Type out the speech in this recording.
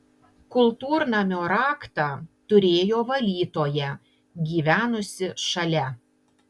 kultūrnamio raktą turėjo valytoja gyvenusi šalia